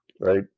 right